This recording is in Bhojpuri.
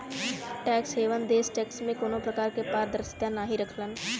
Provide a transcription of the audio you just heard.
टैक्स हेवन देश टैक्स में कउनो प्रकार क पारदर्शिता नाहीं रखलन